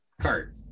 cart